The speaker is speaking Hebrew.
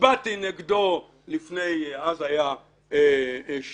הצבעתי נגדו לפני שנתיים.